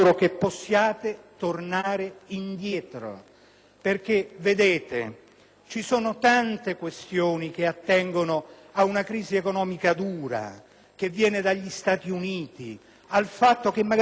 Vedete, ci sono tante questioni che attengono ad una crisi economica dura, che viene dagli Stati Uniti, al fatto che magari le manovre anticrisi non sono adeguate,